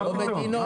מה פתאום,